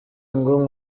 ngo